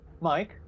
Mike